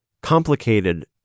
complicated